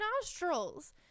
nostrils